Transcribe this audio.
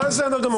בסדר גמור.